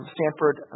Stanford